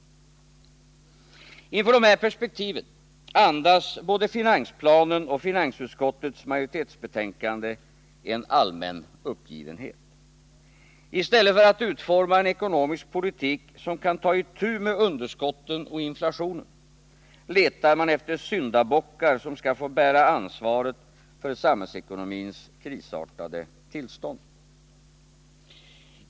Inför dessa perspektiv andas både finar”planen och finansutskottets majoritetsbetänkande en allmän uppgivenhet. I stället för att utforma en ekonomisk politik, som kan ta itu med underskotten och inflationen, letar man efter syndabockar som skall få bära ansvaret för samhällsekonomins krisartade tillstånd.